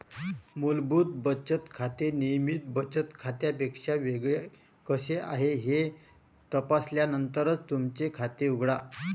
मूलभूत बचत खाते नियमित बचत खात्यापेक्षा वेगळे कसे आहे हे तपासल्यानंतरच तुमचे खाते उघडा